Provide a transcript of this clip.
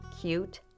cute